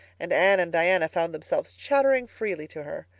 and anne and diana found themselves chattering freely to her.